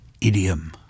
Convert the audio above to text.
idiom